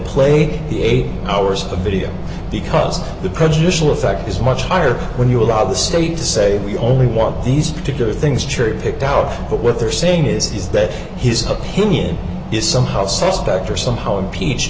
plague the eight hours of video because the prejudicial effect is much higher when you allow the state to say we only want these particular things cherry picked out but what they're saying is that his opinion is somehow s